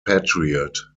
patriot